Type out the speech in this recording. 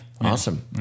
Awesome